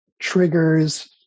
triggers